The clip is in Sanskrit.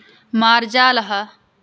मार्जालः